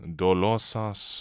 dolosas